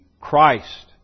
Christ